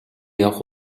явах